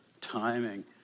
timing